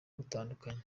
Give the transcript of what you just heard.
butandukanye